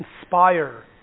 inspire